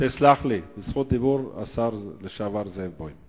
תסלח לי, בזכות דיבור השר לשעבר זאב בוים.